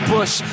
Bush